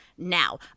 now